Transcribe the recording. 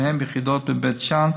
ובהן יחידות בבית שאן,